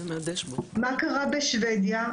מה קרה בשבדיה?